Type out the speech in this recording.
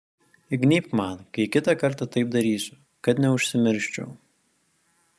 įgnybk man kai kitą kartą taip darysiu kad neužsimirščiau